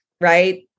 right